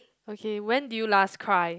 okay when did you last cry